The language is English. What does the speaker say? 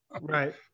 Right